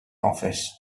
office